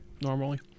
normally